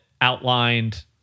outlined